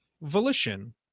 Volition